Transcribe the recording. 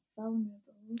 vulnerable